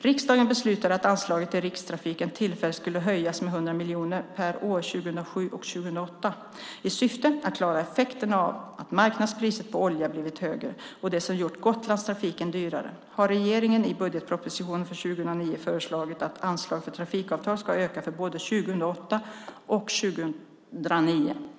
Riksdagen beslutade att anslaget till Rikstrafiken tillfälligt skulle höjas med 100 miljoner kronor per år 2007 och 2008. I syfte att klara effekterna av att marknadspriset på olja blivit högre - något som gjort Gotlandstrafiken dyrare - har regeringen i budgetpropositionen för 2009 föreslagit att anslaget för trafikavtal ska öka för både 2008 och 2009.